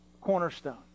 cornerstone